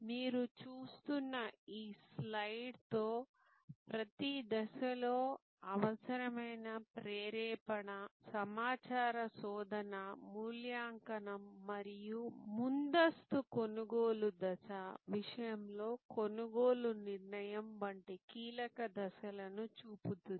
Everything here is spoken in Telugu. మీరు చూస్తున్న ఈ స్లయిడ్ లో ప్రతి దశలో అవసరమైన ప్రేరేపణ సమాచార శోధన మూల్యాంకనం మరియు ముందస్తు కొనుగోలు దశ విషయంలో కొనుగోలు నిర్ణయం వంటి కీలక దశలను చూపుతుంది